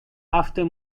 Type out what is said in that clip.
after